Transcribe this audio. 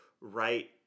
right